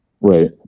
Right